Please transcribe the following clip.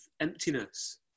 emptiness